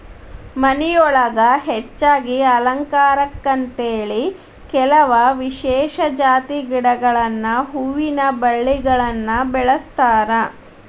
ಮನಿಯೊಳಗ ಹೆಚ್ಚಾಗಿ ಅಲಂಕಾರಕ್ಕಂತೇಳಿ ಕೆಲವ ವಿಶೇಷ ಜಾತಿ ಗಿಡಗಳನ್ನ ಹೂವಿನ ಬಳ್ಳಿಗಳನ್ನ ಬೆಳಸ್ತಾರ